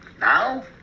now